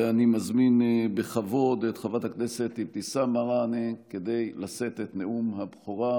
ואני מזמין בכבוד את חברת הכנסת אבתיסאם מראענה לשאת את נאום הבכורה.